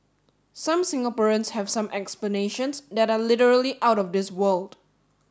some Singaporeans have some explanations that are literally out of this world